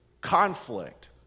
Conflict